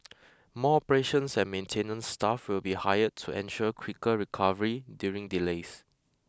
more operations and maintenance staff will be hired to ensure quicker recovery during delays